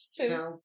two